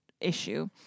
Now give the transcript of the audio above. issue